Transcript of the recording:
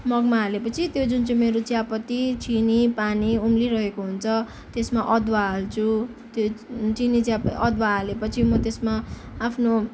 मगमा हालेपछि त्यो जुन चाहिँ मेरो चियापत्ती चिनी पानी उम्लिरहेको हुन्छ त्यसमा अदुवा हाल्छु त्यो चिनी चिया अदुवा हालेपछि मो त्यसमा आफ्नो